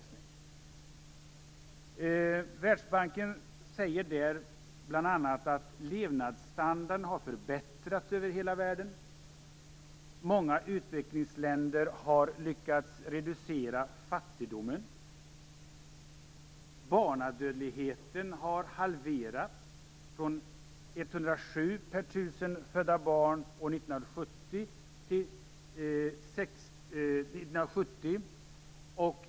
I Världsbankens atlas sägs bl.a. att levnadsstandarden har förbättrats över hela världen. Många utvecklingsländer har lyckats reducera fattigdomen. Barndödligheten har halverats sedan 1970. Då var barndödligheten 107 barn per 1 000 födda barn.